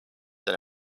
than